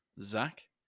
Zach